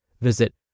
Visit